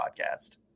podcast